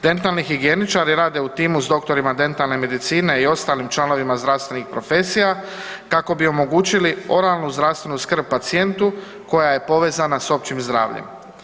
Dentalni higijeničari rade u timu s doktorima dentalne medicine i ostalim članovima zdravstvenih profesija kako bi omogućili oralnu zdravstvenu skrb pacijentu koja je povezana s općim zdravljem.